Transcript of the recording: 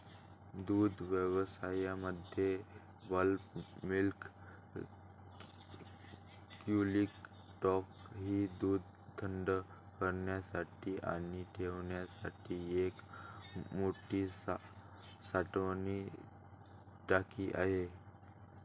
दुग्धव्यवसायामध्ये bulk milk cooling tank ही दूध थंड करण्यासाठी आणि ठेवण्यासाठी एक मोठी साठवण टाकी आहे